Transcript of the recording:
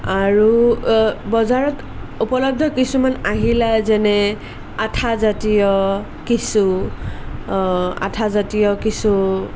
আৰু বজাৰত উপলব্ধ কিছুমান আহিলা যেনে আঠাজাতীয় কিছু আঠাজাতীয় কিছু